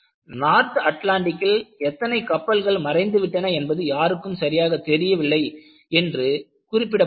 north அட்லாண்டிக்கில் எத்தனை கப்பல்கள் மறைந்துவிட்டன என்பது யாருக்கும் சரியாகத் தெரியவில்லை என்றும் குறிப்பிடப்பட்டுள்ளது